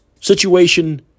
Situation